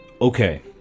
Okay